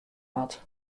moat